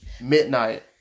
Midnight